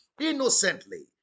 Innocently